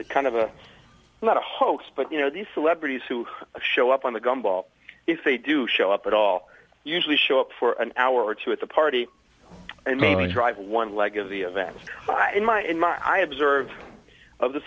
a kind of a not a hoax but you know the celebrities who show up on the gum ball if they do show up at all usually show up for an hour or two at the party and maybe drive one leg of the event in my in my i observed of the